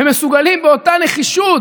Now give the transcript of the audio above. הם מסוגלים באותה נחישות,